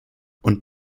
und